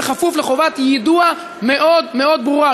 בכפוף לחובת יידוע מאוד מאוד ברורה,